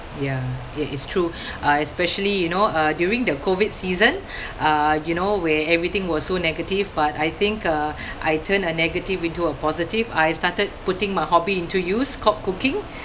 ya it is true uh especially you know uh during the COVID season uh you know where everything was so negative but I think uh I turned a negative into a positive I started putting my hobby into use called cooking